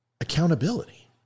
accountability